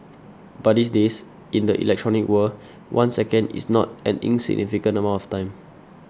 but these days in the electronic world one second is not an insignificant amount of time